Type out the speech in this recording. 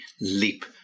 leap